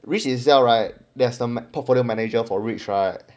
REITs itself right there's a portfolio manager for REITs right